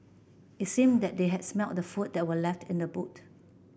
it seemed that they had smelt the food that were left in the boot